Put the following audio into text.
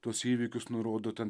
tuos įvykius nu rodo ten